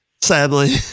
Sadly